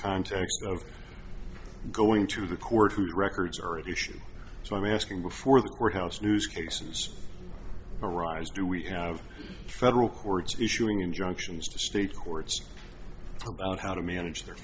context of going to the court whose records are at issue so i'm asking before the courthouse news cases arise do we have federal courts issuing injunctions to state courts about how to manage their